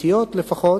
הדתיות לפחות,